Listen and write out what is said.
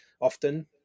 often